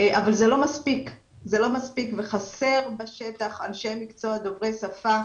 אבל זה לא מספיק וחסר בשטח אנשי מקצוע דוברי שפה.